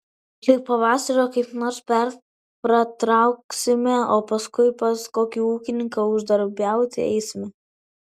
lig pavasario kaip nors pratrauksime o paskui pas kokį ūkininką uždarbiauti eisime